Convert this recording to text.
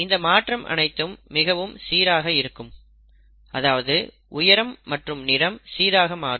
இந்த மாற்றம் அனைத்தும் மிகவும் சீராக இருக்கும் அதாவது உயரம் மற்றும் நிறம் சீராக மாறும்